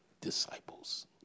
disciples